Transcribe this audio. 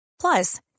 Plus